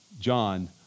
John